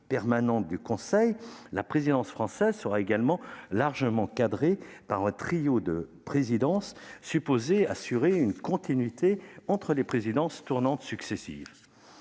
permanente du Conseil européen, la présidence française sera également largement encadrée par le système du trio de présidences, supposé assurer une continuité entre trois présidences tournantes successives.